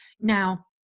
Now